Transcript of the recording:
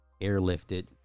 airlifted